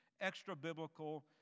extra-biblical